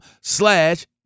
slash